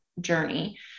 journey